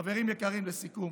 חברים יקרים, לסיכום,